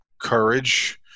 courage